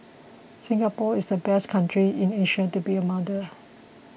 Singapore is the best country in Asia to be a mother